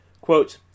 Quote